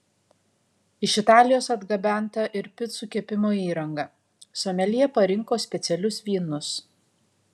iš italijos atgabenta ir picų kepimo įranga someljė parinko specialius vynus